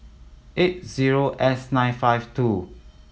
eight zero S nine five two